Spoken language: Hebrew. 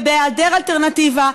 ובהיעדר אלטרנטיבה,